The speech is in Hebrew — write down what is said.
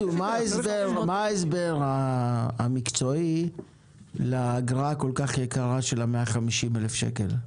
מה ההסבר המקצועי לאגרה הכול כך יקרה של רכב בעלות 150,000 שקל?